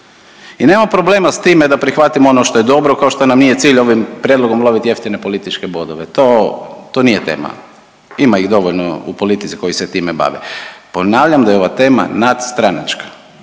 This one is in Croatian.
I nemamo problema s time da prihvatimo ono što je dobro, kao što nam nije cilj ovim prijedlogom loviti jeftine političke bodove. To nije tema. Ima ih dovoljno u politici koji se time bave. Ponavljam da je ova tema nadstranačka.